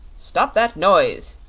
stop that noise!